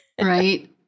Right